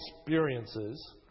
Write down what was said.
experiences